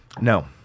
No